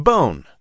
Bone